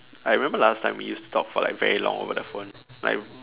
I remember last time we used to talk for like very long over the phone like